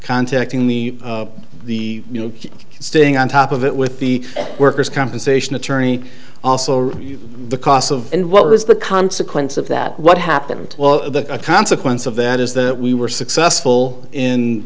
contacting the the you know staying on top of it with the worker's compensation attorney also the cost of and what was the consequence of that what happened well the consequence of that is that we were successful in